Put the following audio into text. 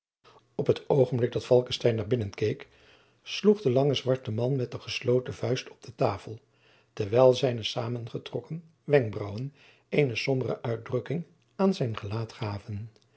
op het oogenblik dat falckestein naar binnen keek sloeg de lange zwarte man met de gesloten vuist op de tafel terwijl zijne samengetrokken wenkbraauwen eene sombere uitdrukking aan zijn gelaat gaven